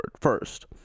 first